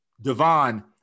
Devon